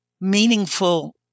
meaningful